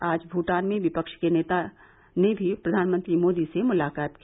आज भूटान में विपक्ष के नेता ने भी प्रधानमंत्री मोदी से मुलाकात की